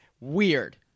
weird